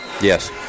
yes